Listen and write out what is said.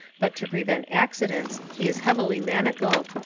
but to prevent accidents he is heavily manacled,